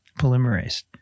polymerase